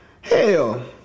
Hell